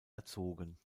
erzogen